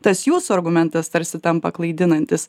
tas jūsų argumentas tarsi tampa klaidinantis